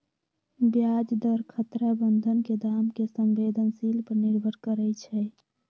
ब्याज दर खतरा बन्धन के दाम के संवेदनशील पर निर्भर करइ छै